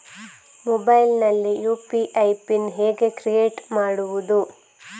Mobile ನಲ್ಲಿ UPI pin ಹೇಗೆ create ಮಾಡುವುದು?